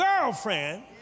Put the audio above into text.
girlfriend